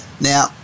Now